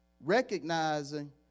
Recognizing